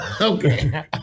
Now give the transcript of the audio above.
Okay